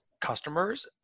Customers